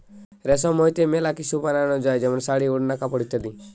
রেশম হইতে মেলা কিসু বানানো যায় যেমন শাড়ী, ওড়না, কাপড় ইত্যাদি